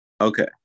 Okay